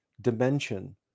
dimension